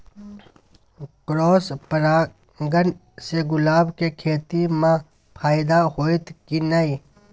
Cross परागण से गुलाब के खेती म फायदा होयत की नय?